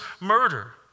murder